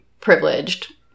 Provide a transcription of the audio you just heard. privileged